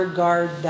guard